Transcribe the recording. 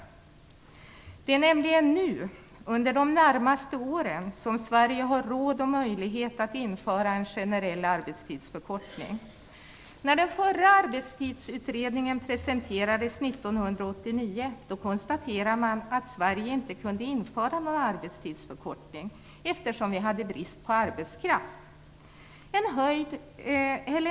Det är Vänsterpartiets uppfattning. Det är nämligen under de närmaste åren som Sverige har råd och möjlighet att införa en generell arbetstidsförkortning. 1989 konstaterade man att vi i Sverige inte kunde införa någon arbetstidsförkortning eftersom vi hade brist på arbetskraft.